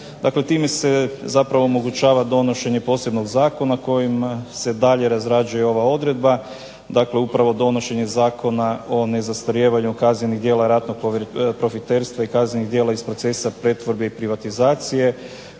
Dakle, time se zapravo omogućava donošenje posebnog zakona kojim se dalje razrađuje ova odredba, dakle upravo donošenje Zakona o nezastarijevanju kaznenih djela ratnog profiterstva i kaznenih djela iz procesa pretvorbe i privatizacije